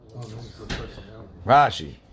Rashi